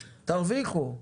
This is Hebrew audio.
תרוויחו,